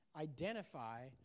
identify